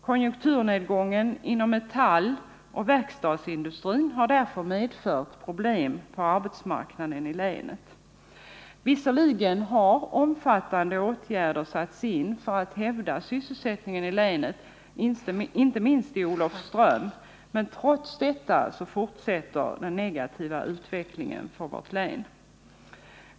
Konjunkturnedgången inom metalloch verkstadsindustrin har därför medfört problem på arbetsmarknaden i länet. Visserligen har omfattande åtgärder satts in för att hävda sysselsättningen i länet, inte minst i Olofström, men trots detta fortsätter den negativa utvecklingen i vårt län.